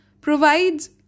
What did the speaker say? provides